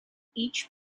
each